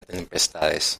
tempestades